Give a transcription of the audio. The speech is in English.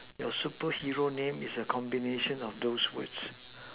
your superhero name is a combination of those words